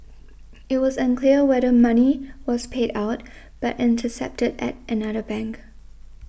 it was unclear whether money was paid out but intercepted at another bank